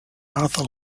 arthur